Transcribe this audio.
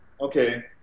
okay